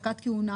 הפסקת כהונה.